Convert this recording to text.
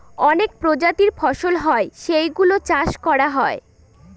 অনেক প্রজাতির ফসল হয় যেই গুলো চাষ করা হয়